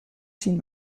seen